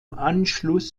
anschluss